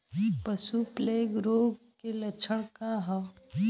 पशु प्लेग रोग के लक्षण का ह?